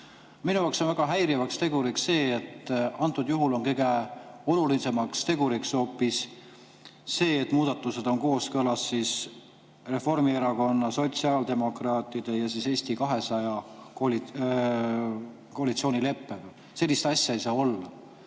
Minu jaoks on väga häiriv tegur see, et antud juhul on kõige olulisem tegur hoopis see, et muudatused on kooskõlas Reformierakonna, sotsiaaldemokraatide ja Eesti 200 koalitsioonileppega. Sellist asja ei saa olla.